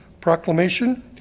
proclamation